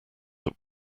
that